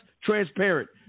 transparent